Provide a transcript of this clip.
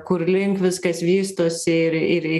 kurlink viskas vystosi ir ir